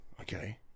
okay